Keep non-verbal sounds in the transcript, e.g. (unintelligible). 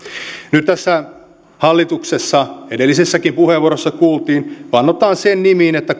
nyt hallituksessa edellisessäkin puheenvuorossa kuultiin vannotaan sen nimiin että (unintelligible)